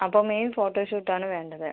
അപ്പോൾ main photo shoot ആണ് വേണ്ടത്